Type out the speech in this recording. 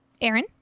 Aaron